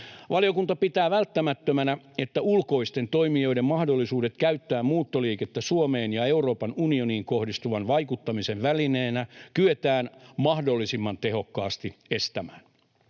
Valiokunta pitää välttämättömänä, että ulkoisten toimijoiden mahdollisuudet käyttää muuttoliikettä Suomeen ja Euroopan unioniin kohdistuvan vaikuttamisen välineenä kyetään mahdollisimman tehokkaasti estämään.